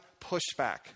pushback